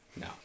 No